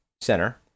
Center